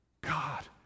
God